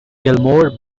gilmore